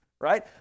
right